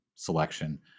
selection